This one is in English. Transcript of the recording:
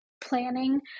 planning